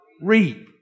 reap